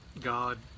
God